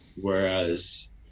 whereas